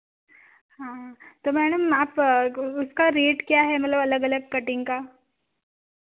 हाँ तो मैडम आप उसका रेट क्या है मतलब अलग अलग कटिंग का